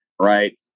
right